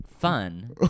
fun